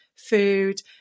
food